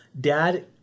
dad